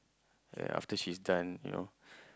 ya after she's done you know